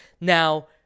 Now